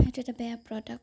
এইটো এটা বেয়া প্ৰডাক্ট